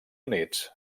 units